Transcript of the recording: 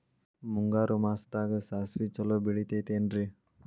ಮುಂಗಾರು ಮಾಸದಾಗ ಸಾಸ್ವಿ ಛಲೋ ಬೆಳಿತೈತೇನ್ರಿ?